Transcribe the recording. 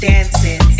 Dancing